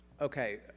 Okay